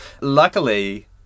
Luckily